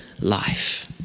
life